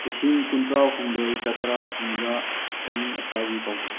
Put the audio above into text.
ꯂꯤꯁꯤꯡ ꯀꯨꯟꯊ꯭ꯔꯥ ꯍꯨꯝꯗꯣꯏ ꯆꯇꯥꯔꯥ ꯍꯨꯝꯗ꯭ꯔꯥ ꯑꯏꯪ ꯑꯁꯥꯒꯤ ꯄꯥꯎꯗꯝ